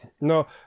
no